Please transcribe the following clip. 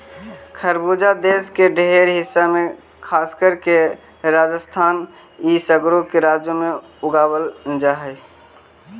खरबूजा देश के ढेर हिस्सा में खासकर के राजस्थान इ सगरो के राज्यों में उगाबल जा हई